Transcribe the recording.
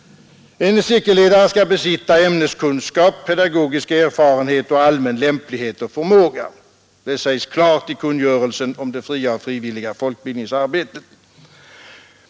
En cirkelledare skall besitta ämneskunskap, pedagogisk erfarenhet och allmän lämplighet och förmåga. Det sägs klart i kungörelsen om det fria och frivilliga folkbildningsarbetet.